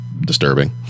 disturbing